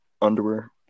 underwear